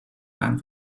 baan